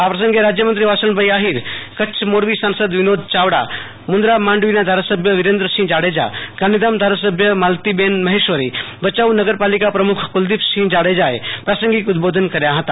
આ પ્રસંગે રાજયમંત્રી વાસણભાઈ આહોર કચ્છ મોરબી સાસદ વિનોદ ચાવડા મન્દા મોરબીના ધારાસભ્ય વિરેન્દ્રસિંહ જાડેજા ગાંધીધામ ધારાસભ્ય માલતીબન મહેશ્વરો ભચાઉ નગરપાલિકા પ્રમુખ કુલદીપસિંહ જાડેજાએ પાસંગીક ઉદબોધન કયા હતા